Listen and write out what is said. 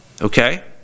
Okay